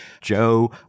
Joe